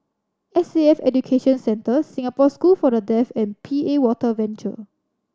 S A F Education Centre Singapore School for The Deaf and P A Water Venture